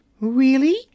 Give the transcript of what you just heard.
Really